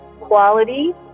quality